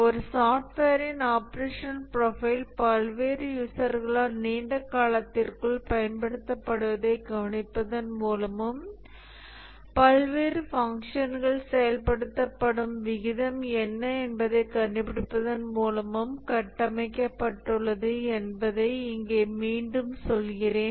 ஒரு சாஃப்ட்வேரின் operational profile பல்வேறு யூசர்களால் நீண்ட காலத்திற்குள் பயன்படுத்தப்படுவதைக் கவனிப்பதன் மூலமும் பல்வேறு ஃபங்க்ஷன்கள் செயல்படுத்தப்படும் விகிதம் என்ன என்பதைக் கண்டுபிடிப்பதன் மூலமும் கட்டமைக்கப்பட்டுள்ளது என்பதை இங்கே மீண்டும் சொல்கிறேன்